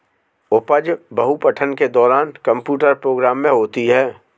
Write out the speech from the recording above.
उपज बहु पठन के दौरान कंप्यूटर प्रोग्राम में होता है